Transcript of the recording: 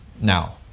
now